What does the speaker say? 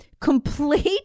complete